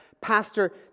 pastor